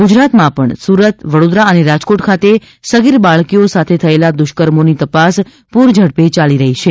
ગુજરાતમાં પણ સુરત વડોદરા અને રાજકોટ ખાતે સગીર બાળકીઓ સાથે થયેલા દુષ્કર્મોની તપાસ પૂર ઝડપે ચાલી રહી છે